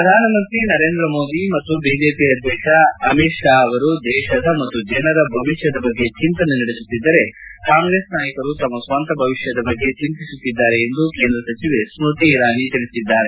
ಪ್ರಧಾನಮಂತ್ರಿ ನರೇಂದ್ರ ಮೋದಿ ಮತ್ತು ಬಿಜೆಪಿ ಅಧ್ಯಕ್ಷ ಅಮಿತ್ ಶಾ ಅವರು ದೇಶದ ಮತ್ತು ಜನರ ಭವಿಷ್ನದ ಬಗ್ಗೆ ಚಿಂತೆ ನಡೆಸುತ್ತಿದ್ದರೆ ಕಾಂಗ್ರೆಸ್ ನಾಯಕರು ತಮ್ಮ ಸ್ವಂತ ಭವಿಷ್ಯದ ಬಗ್ಗೆ ಚಿಂತಿಸುತ್ತಿದ್ದಾರೆ ಎಂದು ಕೇಂದ್ರ ಸಚಿವೆ ಸ್ಮೃತಿ ಇರಾನಿ ಹೇಳಿದ್ದಾರೆ